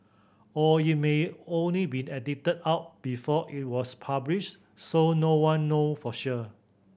or it may or it may been edited out before it was published so no one know for sure